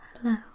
Hello